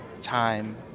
time